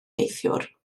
neithiwr